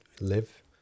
live